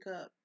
up